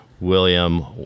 William